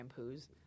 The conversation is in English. shampoos